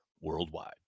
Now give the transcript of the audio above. worldwide